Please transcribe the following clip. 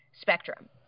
spectrum